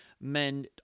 men